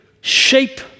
shape